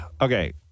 okay